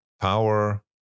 power